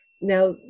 Now